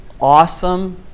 awesome